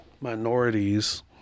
minorities